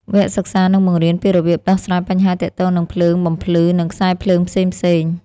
វគ្គសិក្សានឹងបង្រៀនពីរបៀបដោះស្រាយបញ្ហាទាក់ទងនឹងភ្លើងបំភ្លឺនិងខ្សែភ្លើងផ្សេងៗ។